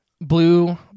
Blue